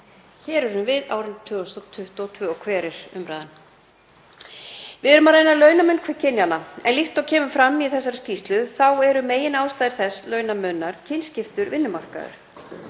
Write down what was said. Hér erum við á árinu 2022 og hver er umræðan? Við eigum að ræða launamun kynjanna en líkt og kemur fram í þessari skýrslu eru meginástæður þess launamunar kynskiptur vinnumarkaður.